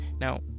Now